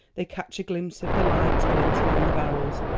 they catch a glimpse of the light glinting on the barrels,